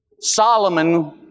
Solomon